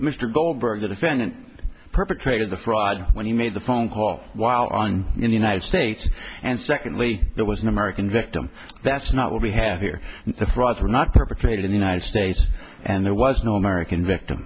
mr goldberg the defendant perpetrated the fraud when he made the phone call while on in the united states and secondly there was an american victim that's not what we have here the frauds were not perpetrated in the united states and there was no american victim